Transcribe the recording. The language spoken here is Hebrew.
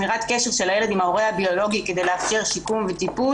לשמירת קשר של הילד עם ההורה הביולוגי כדי לאפשר שיקום וטיפול.